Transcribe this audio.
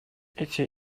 эти